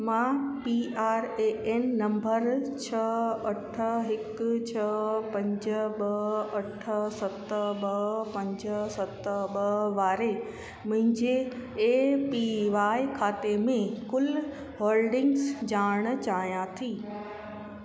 मां P R A N number छह अठ हिकु छह पंज ॿ अठ सत ॿ पंज सत ॿ वारे मुंहिंजे ए पी वाए खाते में कुल होल्डिंग्स ॼाण चाहियां थी